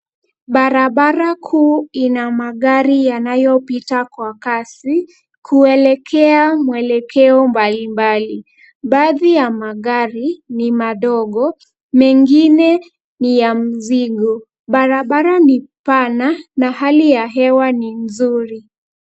Barabara kuu ina magari yanayopita kwa kasi kuelekea mwelekeo mbalimbali. Baadhi ya magari ni madogo, mengine ni ya mzigo. Barabara ni pana na hali ya hewa ni mzuri.